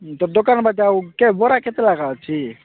ତ ଦୋକାନ ବାଟେ ଆଉ କେ ବରା କେତେ ଲେଖା ଅଛି